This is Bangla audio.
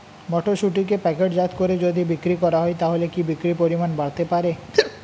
মটরশুটিকে প্যাকেটজাত করে যদি বিক্রি করা হয় তাহলে কি বিক্রি পরিমাণ বাড়তে পারে?